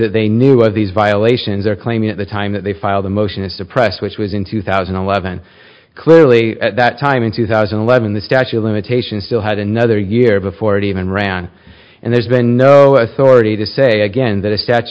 that they knew of these violations are claiming at the time that they filed a motion to suppress which was in two thousand and eleven clearly at that time in two thousand and eleven the statute of limitations still had another year before it even ran and there's been no authority to say again that a